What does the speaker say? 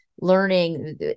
learning